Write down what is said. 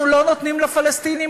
אנחנו לא נותנים לפלסטינים,